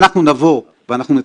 ראיתי מהנתון השני